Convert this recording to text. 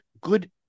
good